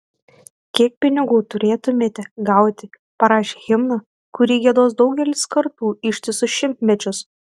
kiek pinigų turėtumėte gauti parašę himną kurį giedos daugelis kartų ištisus šimtmečius